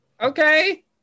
Okay